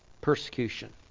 persecution